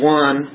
one